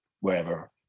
wherever